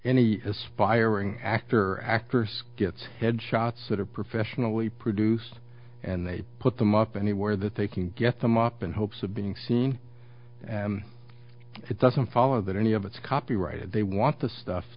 any aspiring actor or actress gets headshots that are professionally produced and they put them up anywhere that they can get them up in hopes of being seen and it doesn't follow that any of it's copyrighted they want the stuff